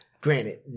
granted